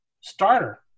starter